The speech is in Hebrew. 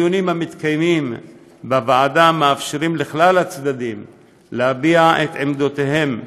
הדיונים המתקיימים בוועדה מאפשרים לכלל הצדדים להביע את עמדותיהם,